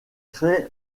créent